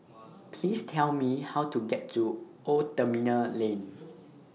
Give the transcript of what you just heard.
Please Tell Me How to get to Old Terminal Lane